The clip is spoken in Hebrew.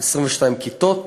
22 כיתות.